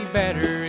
better